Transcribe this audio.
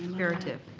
veritiv,